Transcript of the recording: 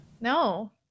No